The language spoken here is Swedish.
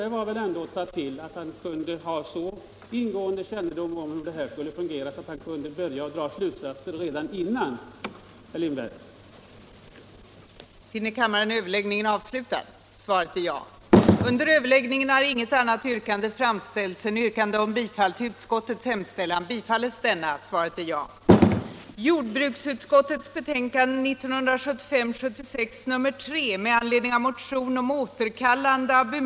Det hade ju varit att ta till, om han hade sagt att han hade så ingående kännedom om hur detta skulle fungera att han kunde dra några slutsatser om det redan innan kungörelsen trädde i kraft.